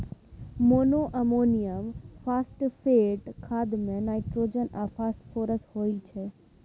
monoammonium phosphate खाद मे nitrogen आ फास्फोरस होइ छै